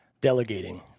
delegating